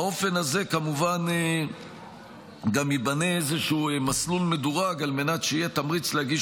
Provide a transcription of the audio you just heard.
באופן הזה כמובן גם ייבנה איזשהו מסלול מדורג על מנת שיהיה תמריץ להגיש